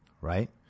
right